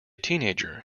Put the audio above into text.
teenager